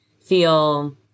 feel